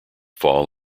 fall